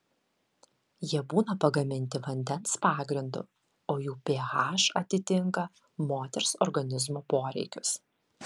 jie būna pagaminti vandens pagrindu o jų ph atitinka moters organizmo poreikius